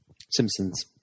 Simpsons